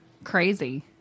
Crazy